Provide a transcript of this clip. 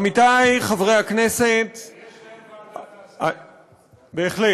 עמיתי חברי הכנסת, יש להם, בהחלט.